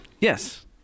Yes